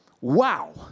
Wow